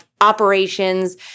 operations